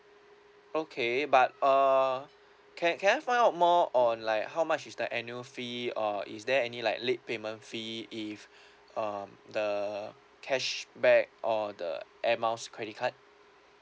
okay but uh can can I find out more on like how much is the annual fee or is there any like late payment fee if um the cashback or the air miles credit card